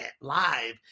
live